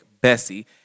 Bessie